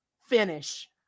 finish